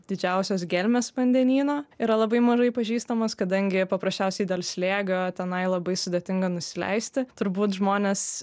didžiausios gelmės vandenyno yra labai mažai pažįstamos kadangi paprasčiausiai dėl slėgio tenai labai sudėtinga nusileisti turbūt žmonės